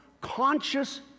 conscious